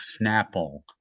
Snapple